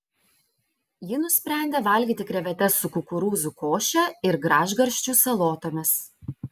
ji nusprendė valgyti krevetes su kukurūzų koše ir gražgarsčių salotomis